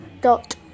dot